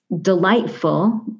delightful